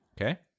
Okay